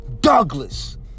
Douglas